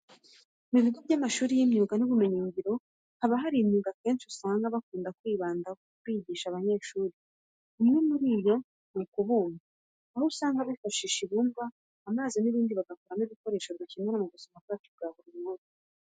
Mu bigo by'amashuri y'imyuga n'ubumenyingiro haba hari imyuga akenshi usanga bakunda kwibandaho bigisha abanyeshuri. Umwe muri yo ni uwo kubumba, aho usanga bifashisha ibumba, amazi n'ibindi bagakoramo ibikoresho dukenera mu buzima bwacu bwa buri munsi.